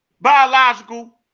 biological